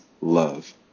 love